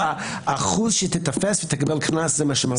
האחוז שתיתפס בגלל קנס, זה מה שמרתיע.